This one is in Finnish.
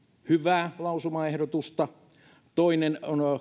hyvää lausumaehdotusta toinen